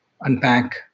unpack